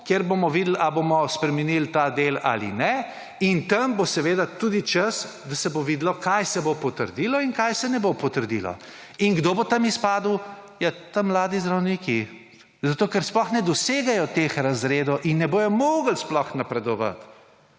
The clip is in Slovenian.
kjer bomo videli ali bomo spremenili ta del ali ne, in tam bo seveda tudi čas, da se bo videlo, kaj se bo potrdilo in kaj se ne bo potrdilo. In kdo bo tam izpadel? Ja, ta mladi zdravniki. Zato, ker sploh ne dosegajo teh razredov in ne bodo mogli sploh napredovati.